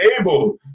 able